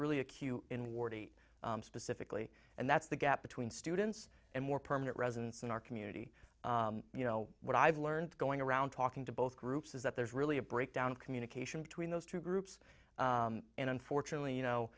really a queue in the warty specifically and that's the gap between students and more permanent residents in our community you know what i've learned going around talking to both groups is that there's really a breakdown in communication between those two groups and unfortunately you know